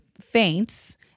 faints